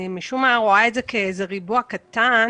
משום מה, אני רואה את זה כריבוע קטן.